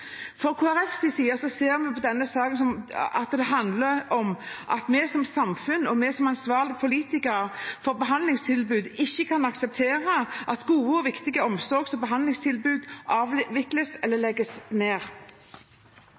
side ser vi i denne saken at det handler om at vi som samfunn og vi som ansvarlige politikere for behandlingstilbud ikke kan akseptere at gode og viktige omsorgs- og behandlingstilbud avvikles eller legges ned.